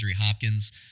Hopkins